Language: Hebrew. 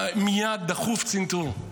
שני התקפי לב, מייד, דחוף, צנתור.